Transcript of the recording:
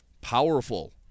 powerful